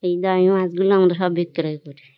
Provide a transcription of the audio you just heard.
এই দামি মাছগুলো আমরা সব বিক্রয় করি